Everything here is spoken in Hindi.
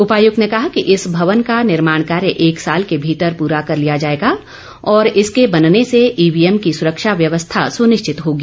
उपायुक्त ने कहा कि इस भवन का निर्माण कार्य एक साल के भीतर पूरा कर लिया जाएगा और इससे बनने से ईवीएम की सुरक्षा व्यवस्था सुनिश्चित होगी